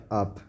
up